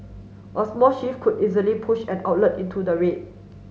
a small shift could easily push an outlet into the red